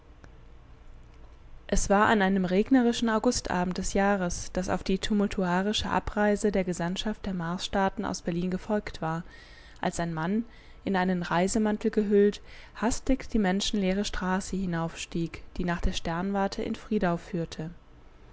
es war an einem regnerischen augustabend des jahres das auf die tumultuarische abreise der gesandtschaft der marsstaaten aus berlin gefolgt war als ein mann in einen reisemantel gehüllt hastig die menschenleere straße hinaufstieg die nach der sternwarte in friedau führte